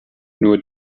nur